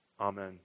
Amen